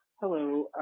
Hello